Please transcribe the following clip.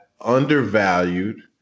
undervalued